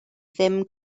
ddim